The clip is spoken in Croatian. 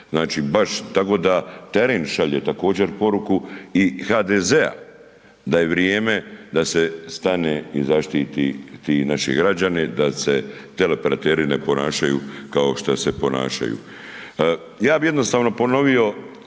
znači baš, tako da teren šalje također poruku i HDZ-a da je vrijeme da se stane i zaštite ti naši građani, da se teleoperateri ne ponašaju kao što se ponašaju. Ja bi jednostavno ponovio